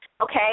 okay